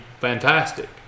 fantastic